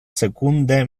secunde